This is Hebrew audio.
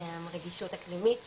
רגישות אקלימית שונה,